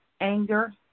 anger